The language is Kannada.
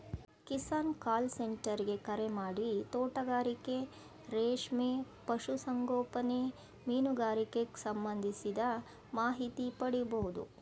ಕಿಸಾನ್ ಕಾಲ್ ಸೆಂಟರ್ ಗೆ ಕರೆಮಾಡಿ ತೋಟಗಾರಿಕೆ ರೇಷ್ಮೆ ಪಶು ಸಂಗೋಪನೆ ಮೀನುಗಾರಿಕೆಗ್ ಸಂಬಂಧಿಸಿದ ಮಾಹಿತಿ ಪಡಿಬೋದು